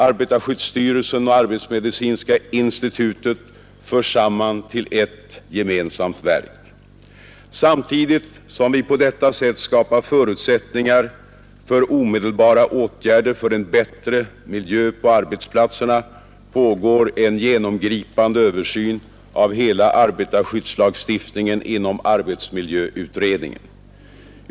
Arbetarskyddsstyrelsen och arbetsmedicinska institutet förs samman till ett gemensamt verk. Samtidigt som vi på detta sätt skapar förutsättningar för omedelbara åtgärder för en bättre miljö på arbetsplatserna pågår en genomgripande översyn av hela arbetarskyddslagstiftningen inom arbetsmiljöutredningen.